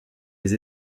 les